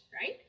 right